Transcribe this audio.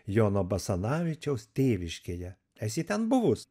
jono basanavičiaus tėviškėje esi ten buvus